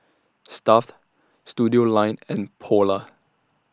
Stuff'd Studioline and Polar